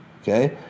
Okay